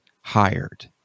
hired